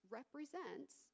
represents